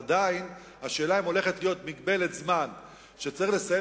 עדיין נשאלת השאלה אם הולכת להיות מגבלת זמן שצריך לסיים